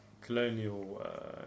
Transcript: colonial